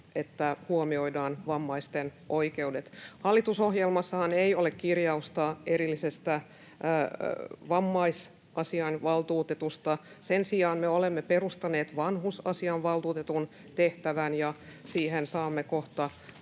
että vammaisten oikeudet huomioidaan. Hallitusohjelmassahan ei ole kirjausta erillisestä vammaisasiainvaltuutetusta. Sen sijaan me olemme perustaneet vanhusasiainvaltuutetun tehtävän, ja siihen saamme kohta